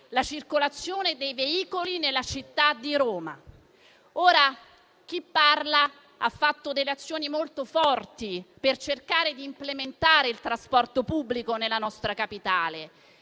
la circolazione dei veicoli nella città di Roma. Chi parla ha fatto azioni molto forti per cercare di implementare il trasporto pubblico nella nostra Capitale: